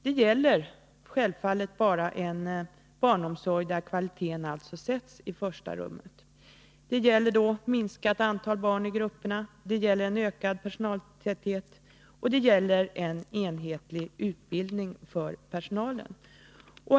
Detta gäller självfallet bara en barnomsorg där kvaliteten sätts i första rummet, dvs. med minskat antal barn i grupperna, en ökad personaltäthet och en enhetlig utbildning för personalen.